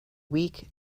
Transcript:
weak